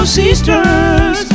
sisters